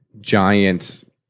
giant